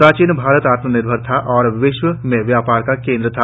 प्राचीन भारत आत्मनिर्भर था और विश्व में व्यापार का केनुद्र था